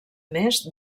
més